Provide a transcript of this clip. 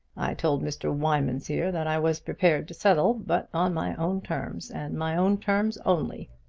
told mr. wymans here that i was prepared to settle, but on my own terms and my own terms only.